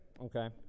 Okay